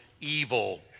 evil